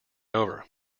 over